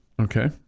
okay